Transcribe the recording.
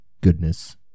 goodness